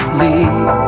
leave